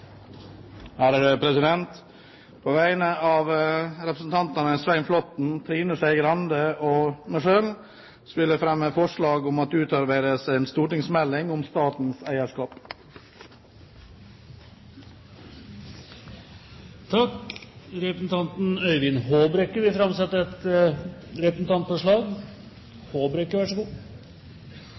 På vegne av representantene Svein Flåtten, Trine Skei Grande og meg selv vil jeg fremme forslag om at det utarbeides en stortingsmelding om statens eierskap. Representanten Øyvind Håbrekke vil framsette et representantforslag.